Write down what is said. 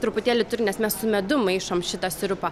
truputėlį turi nes mes su medum maišom šitą sirupą